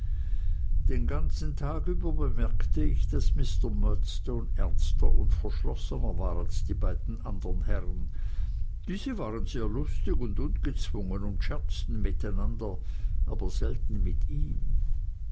den ganzen tag über bemerkte ich daß mr murdstone ernster und verschlossener war als die beiden andern herren diese waren sehr lustig und ungezwungen scherzten miteinander aber selten mit ihm